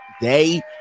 day